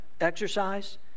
exercise